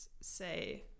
say